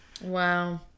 Wow